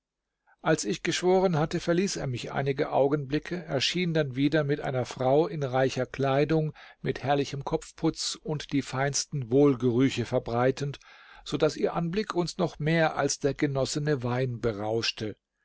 als ich geschworen hatte verließ er mich einige augenblicke erschien dann wieder mit einer frau in reicher kleidung mit herrlichem kopfputz und die feinsten wohlgerüche verbreitend so daß ihr anblick uns noch mehr als der genossene wein berauschte